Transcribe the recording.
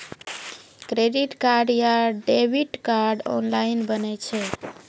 Credit card या debit card online बनै छै?